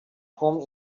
home